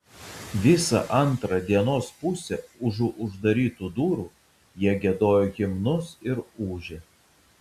visą antrą dienos pusę užu uždarytų durų jie giedojo himnus ir ūžė